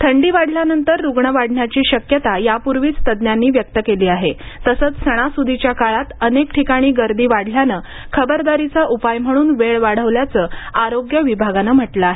थंडी वाढल्यानंतर रुग्ण वाढण्याची शक्यता याप्रर्वीच तज्ञांनी व्यक्त केली आहे तसंच सणास्दीच्या काळात अनेक ठिकाणी गर्दी वाढल्याने खबरदारीचा उपाय म्हणून वेळ वाढवल्याचं आरोग्य विभागानं म्हटलं आहे